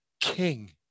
king